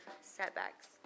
setbacks